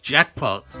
Jackpot